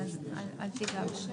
התיירות,